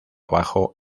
abajo